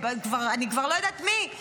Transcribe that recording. ואני כבר לא יודעת מי.